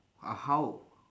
uh how